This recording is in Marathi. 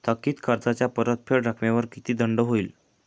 थकीत कर्जाच्या परतफेड रकमेवर किती दंड होईल?